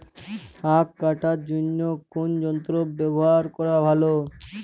আঁখ কাটার জন্য কোন যন্ত্র ব্যাবহার করা ভালো?